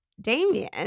Damien